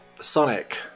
Sonic